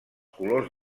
colors